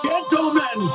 Gentlemen